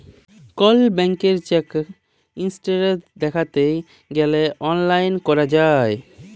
call ব্যাংকের check status দ্যাইখতে গ্যালে অললাইল ক্যরা যায়